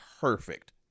Perfect